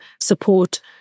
support